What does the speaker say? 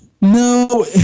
No